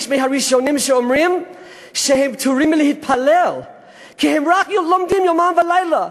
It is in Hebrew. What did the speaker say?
יש מהראשונים שאומרים שהם פטורים מלהתפלל כי הם רק לומדים יומם ולילה,